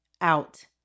out